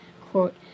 quote